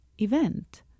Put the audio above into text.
event